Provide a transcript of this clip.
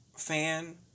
fan